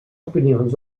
opinions